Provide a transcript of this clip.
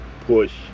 push